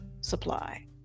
supply